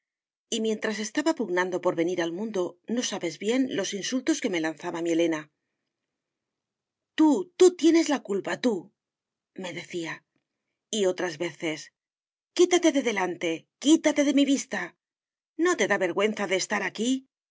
y mientras estaba pugnando por venir al mundo no sabes bien los insultos que me lanzaba mi elena tú tú tienes la culpa tú me decía y otras veces quítate de delante quítate de mi vista no te da vergüenza de estar aquí